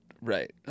right